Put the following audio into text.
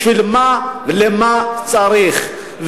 בשביל מה, ולמה צריך?